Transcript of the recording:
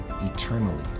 eternally